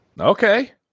Okay